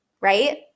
right